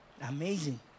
Amazing